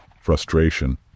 frustration